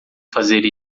fazer